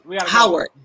Howard